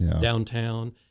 downtown